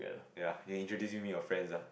ya you introduce to me your friends ah